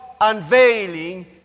unveiling